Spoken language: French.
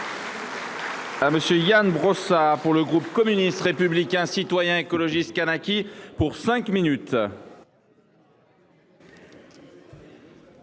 Merci,